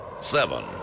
seven